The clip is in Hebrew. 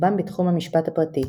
רובם בתחום המשפט הפרטי.